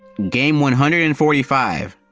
game one hundred and forty five,